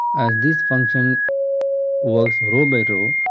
this function works row by row.